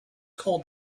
called